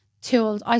tools